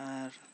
ᱟᱨ